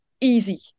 easy